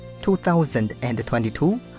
2022